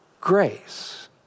grace